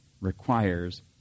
requires